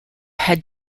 had